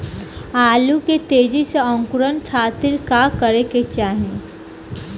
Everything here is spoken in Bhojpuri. आलू के तेजी से अंकूरण खातीर का करे के चाही?